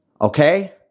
Okay